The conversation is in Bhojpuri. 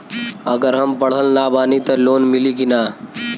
अगर हम पढ़ल ना बानी त लोन मिली कि ना?